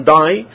die